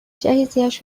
جهیزیهش